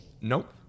Nope